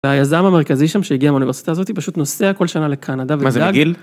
והיזם המרכזי שם שהגיע מהאוניברסיטה הזאתי פשוט נוסע כל שנה לקנדה